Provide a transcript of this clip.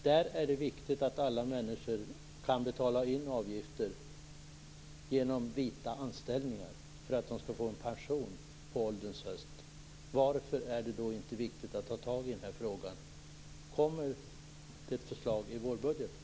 Då är det viktigt att alla människor kan betala in avgifter genom vita anställningar för att de skall få en pension på ålderns höst. Varför är det då inte viktigt att ta tag i frågan? Kommer det ett förslag i vårbudgeten?